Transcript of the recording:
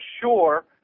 sure